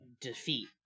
defeat